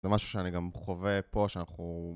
זה משהו שאני גם חווה פה שאנחנו